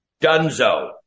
Dunzo